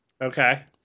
Okay